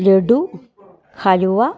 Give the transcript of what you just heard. laddu halwa